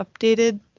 updated